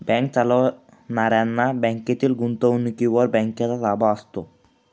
bank चालवणाऱ्यांच्या बँकेतील गुंतवणुकीवर बँकेचा ताबा असतो